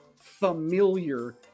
familiar